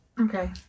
Okay